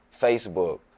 facebook